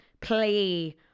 play